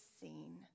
scene